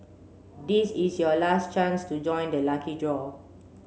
this is your last chance to join the lucky draw